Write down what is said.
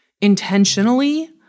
intentionally